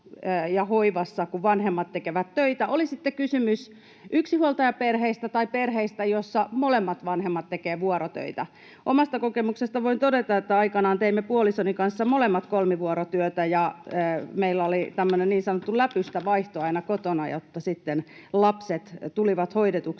ja hoivassa, kun vanhemmat tekevät töitä, oli sitten kysymys yksinhuoltajaperheistä tai perheistä, joissa molemmat vanhemmat tekevät vuorotöitä. Omasta kokemuksestani voin todeta, että kun aikanaan teimme puolisoni kanssa molemmat kolmivuorotyötä, meillä oli tämmöinen niin sanottu läpystä vaihto aina kotona, jotta lapset tulivat hoidetuiksi